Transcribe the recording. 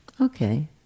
okay